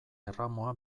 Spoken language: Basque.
erramua